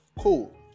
cool